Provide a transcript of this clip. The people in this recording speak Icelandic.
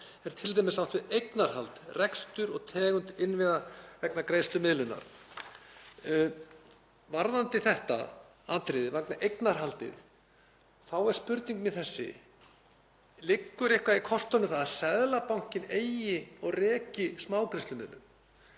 er t.d. átt við eignarhald, rekstur og tegund innviða vegna greiðslumiðlunar.“ Varðandi þetta atriði, eignarhaldið, þá er spurning mín þessi: Liggur eitthvað í kortunum um það að Seðlabankinn eigi og reki smágreiðslumiðlun?